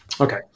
Okay